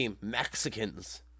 mexicans